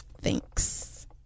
Thanks